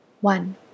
One